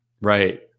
Right